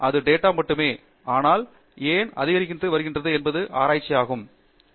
எனவே அது தரவு மட்டுமே ஆனால் ஏன் அதிகரித்து வருகிறது என்பது பற்றி ஆராய்வது என்னவென்றால்